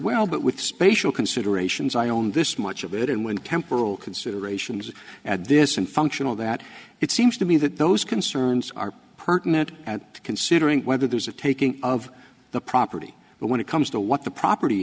well but with special considerations i own this much of it and when temporal considerations at this and functional that it seems to me that those concerns are pertinent considering whether those are two of the property but when it comes to what the property